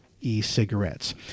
e-cigarettes